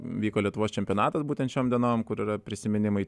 vyko lietuvos čempionatas būtent šiom dienom kur yra prisiminimai